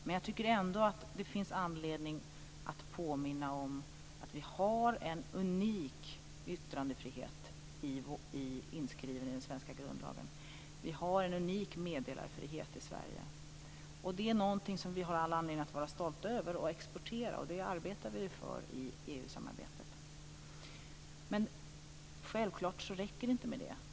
Ändå tycker jag att det finns anledning att påminna om att vi har en unik yttrandefrihet inskriven i den svenska grundlagen. Vi har en unik meddelarfrihet i Sverige. Det är något som vi har all anledning att vara stolta över och att exportera, vilket vi ju i EU-samarbetet arbetar för. Men självklart räcker det inte med det.